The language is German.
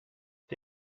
die